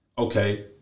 Okay